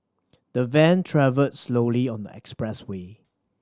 the van travelled slowly on the expressway